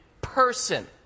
person